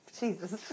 Jesus